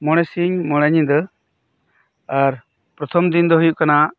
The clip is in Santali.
ᱢᱚᱬᱮ ᱥᱤᱝ ᱢᱚᱬᱮ ᱧᱤᱫᱟᱹ ᱟᱨ ᱯᱨᱚᱛᱷᱚᱢ ᱫᱤᱱ ᱫᱚ ᱦᱩᱭᱩᱜ ᱠᱟᱱᱟ